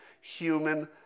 human